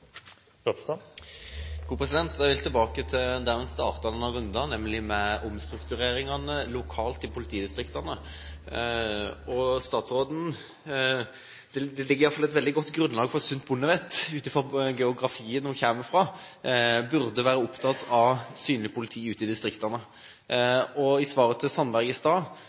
Jeg vil tilbake til der vi startet denne runden, nemlig med omstruktureringene lokalt i politidistriktene. Ut fra geografien – med tanke på hvor statsråden kommer fra – ligger det iallfall et veldig godt grunnlag for sunt bondevett, hun burde være opptatt av synlig politi ute i distriktene. I svaret til representanten Sandberg i stad